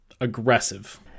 aggressive